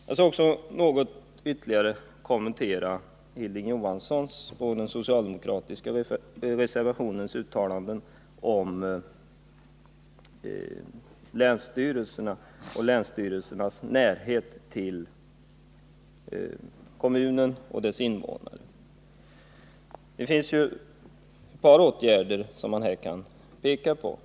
Jag skall också något ytterligare kommentera Hilding Johanssons och den socialdemokratiska reservationens uttalanden om länsstyrelsernas närhet till kommuninvånarna. Man kan här peka på ett par åtgärder som föreslås.